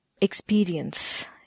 experience